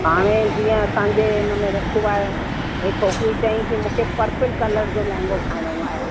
हाणे जीअं असांजे हुन में रखियो आहे भई छोकरी चईं कि मुखे पर्पिल कलर जो लेहंगो ठाहिणो आहे